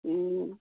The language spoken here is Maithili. हूँ